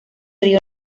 río